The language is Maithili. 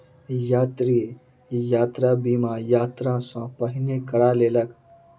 यात्री, यात्रा बीमा, यात्रा सॅ पहिने करा लेलक